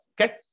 Okay